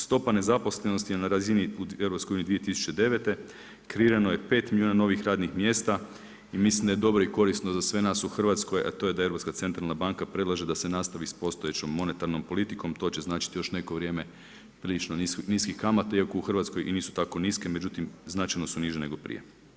Stopa nezaposlenosti je na razini EU 2009. kreirano je 5 milijuna novih radnih mjesta i mislim da je dobro i korisno za sve nas u Hrvatskoj a to je da Europska centralna banka predlaže da se nastavi s postojećom monetarnom politikom, to će značiti još neko vrijeme prilično niskih kamata, iako u Hrvatskoj i nisu tako niske, međutim značajno su niže nego prije.